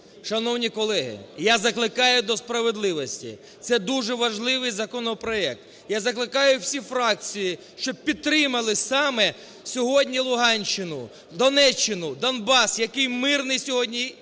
Шановні колеги, я закликаю до справедливості, це дуже важливий законопроект. Я закликаю всі фракції, щоб підтримали саме сьогодні Луганщину, Донеччину, Донбас, який мирний сьогодні